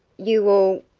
you all!